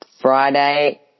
Friday